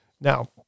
Now